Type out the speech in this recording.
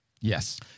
Yes